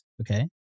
okay